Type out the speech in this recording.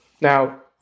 Now